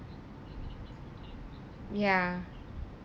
ya